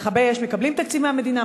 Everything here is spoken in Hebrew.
מכבי אש מקבלים תקציב מהמדינה,